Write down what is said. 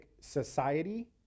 society